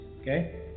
okay